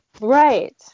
Right